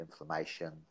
inflammation